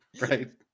right